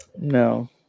No